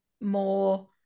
more